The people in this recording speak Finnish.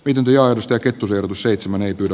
pidän tästäkö turku seitsemän ei tule